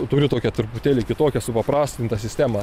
turiu tokią truputėlį kitokią supaprastintą sistemą